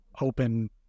open